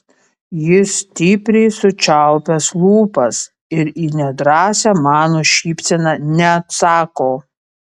jis stipriai sučiaupęs lūpas ir į nedrąsią mano šypseną neatsako